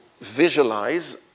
visualize